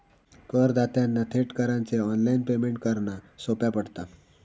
करदात्यांना थेट करांचे ऑनलाइन पेमेंट करना सोप्या पडता